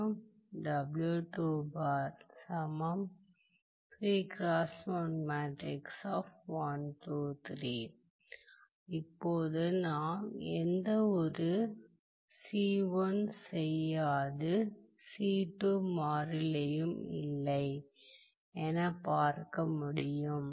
மற்றும் இப்போது நாம் எந்தவொரு செய்யாது மாறிலியும் இல்லை என பார்க்க முடியும்